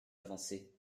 avancé